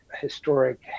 Historic